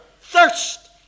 thirst